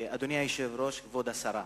אדוני היושב-ראש, כבוד השרה,